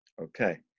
Okay